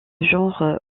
genre